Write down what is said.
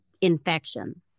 infection